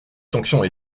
sanctions